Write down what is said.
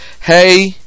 hey